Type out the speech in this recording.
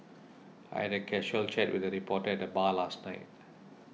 I had a casual chat with a reporter at the bar last night